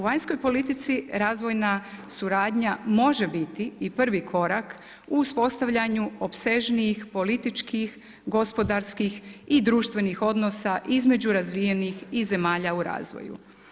U vanjskoj politici razvojna suradnja može biti i prvi korak u uspostavljanju opsežnijih, političkih, gospodarskih i društvenih odnosa između razvijenih i zemalja u razvoju.